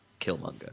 Killmonger